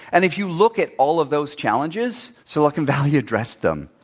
and if you look at all of those challenges, silicon valley addressed them.